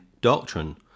doctrine